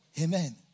Amen